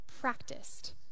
practiced